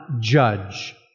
judge